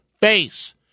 face